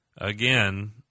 again